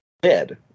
dead